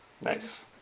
Nice